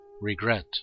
regret